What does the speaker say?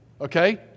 okay